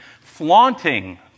flaunting